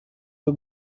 you